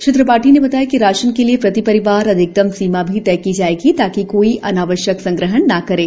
श्री त्रिपाठी ने बताया कि राशन के लिए प्रति परिवार अधिकतम सीमा भी तय की जाएगी ताकि कोई अनावश्यक संग्रहण न करे